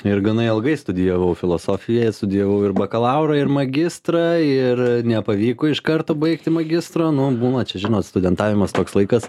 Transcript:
ir gana ilgai studijavau filosofiją studijavau ir bakalaurą ir magistrą ir nepavyko iš karto baigti magistro nu būna čia žinot studentavimas toks laikas